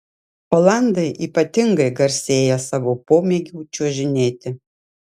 olandai ypatingai garsėja savo pomėgiu čiuožinėti